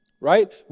Right